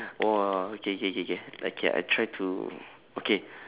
!wah! okay okay okay okay okay I try to okay